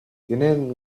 tienen